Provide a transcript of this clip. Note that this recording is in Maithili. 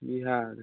बिहार